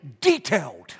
detailed